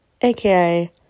aka